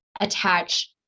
attach